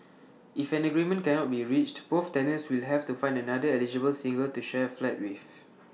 if an agreement cannot be reached both tenants will have to find another eligible single to share flat with